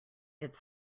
its